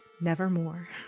Nevermore